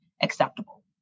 acceptable